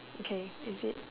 okay is it